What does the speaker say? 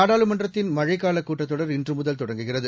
நாடாளுமன்றத்தின் மழைக் காலகூட்டத்தொடர் இன்றுமுதல் தொடங்குகிறது